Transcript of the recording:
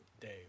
Dave